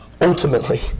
ultimately